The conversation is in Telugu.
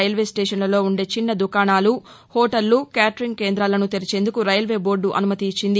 రైల్వే స్టేషన్లలో ఉండే చిన్న దుకాణాలు హోటళ్లు క్యాటరింగ్ కేంద్రాలను తెరిచేందుకు రైల్వే బోర్డు అనుమతి ఇచ్చింది